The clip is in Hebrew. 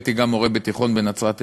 הייתי גם מורה בתיכון בנצרת-עילית,